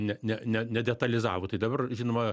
ne ne ne nedetalizavo tai dabar žinoma